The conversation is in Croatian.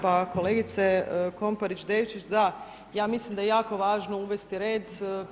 Pa kolegice Komparić Devčić, da ja mislim da je jako važno uvesti red.